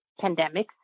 pandemics